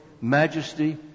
majesty